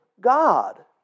God